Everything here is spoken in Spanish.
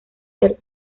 ser